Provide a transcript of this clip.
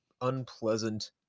unpleasant